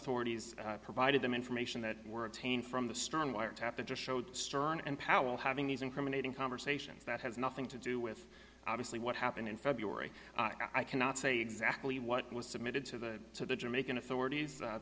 authorities provided them information that were tain from the strong wiretap it just showed stern and powell having these incriminating conversations that has nothing to do with obviously what happened in february i cannot say exactly what was submitted to the jamaican authorities